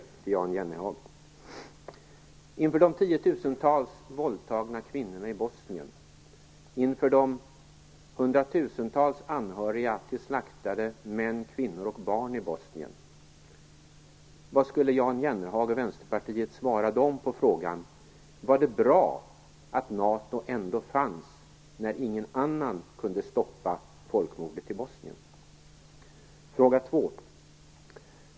Vad skulle Jan Jennehag och Vänsterpartiet svara de tiotusentals våldtagna kvinnorna och de hundratusentals anhöriga till slaktade män, kvinnor och barn i Bosnien på frågan om det var bra att NATO fanns, när ingen annan kunde stoppa folkmordet i Bosnien?